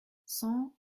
cent